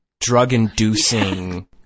drug-inducing